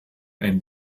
ein